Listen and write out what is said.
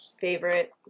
Favorite